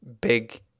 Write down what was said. big